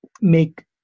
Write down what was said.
make